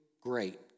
great